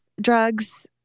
drugs